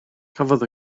cafodd